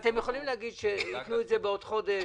אתם יכולים להגיד שייתנו את זה בעוד חודש,